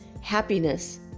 happiness